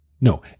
No